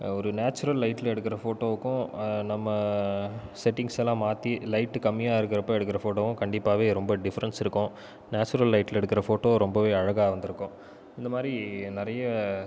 ஒரு நேச்சுரல் லைட்டில் எடுக்குற போட்டோவுக்கும் நம்ம செட்டிங்ஸ் எல்லாம் மாற்றி லைட் கம்மியா இருக்கிறப்போது எடுக்கிற போட்டோவும் கண்டிப்பாகவே ரொம்ப டிஃபரென்ஸ் இருக்கும் நேச்சுரல் லைட்டில் எடுக்குற போட்டோ ரொம்பவே அழகாக வந்திருக்கும் இந்த மாதிரி நிறைய